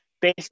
based